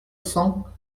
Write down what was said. cents